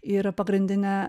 ir pagrindinė